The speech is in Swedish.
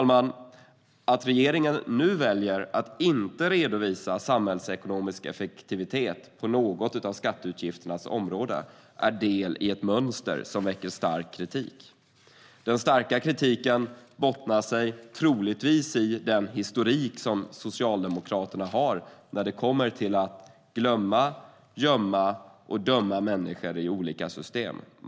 Att regeringen nu väljer att inte redovisa samhällsekonomisk effektivitet på något av skatteutgifternas område är en del i ett mönster som väcker stark kritik. Den starka kritiken bottnar troligtvis i den historik som Socialdemokraterna har när det gäller att glömma, gömma och döma människor i olika system.